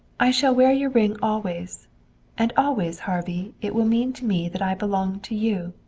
i shall wear your ring always and always, harvey, it will mean to me that i belong to you.